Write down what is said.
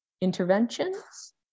interventions